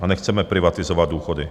A nechceme privatizovat důchody.